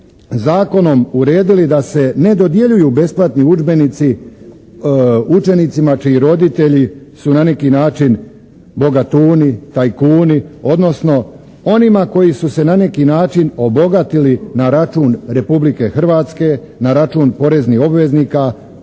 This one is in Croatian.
Zakonom uredili da se ne dodjeljuju besplatni udžbenici učenicima čiji roditelji su na neki način bogatuni, tajkuni, odnosno onima koji su se na neki način obogatili na račun Republike Hrvatske, na račun poreznih obveznika,